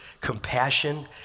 compassion